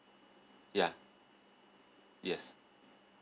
yeah yes